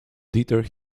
deter